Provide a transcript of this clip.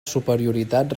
superioritat